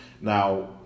Now